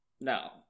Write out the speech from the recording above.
No